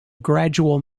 gradual